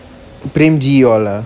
pramji all ah